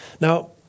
Now